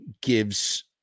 gives